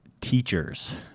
Teachers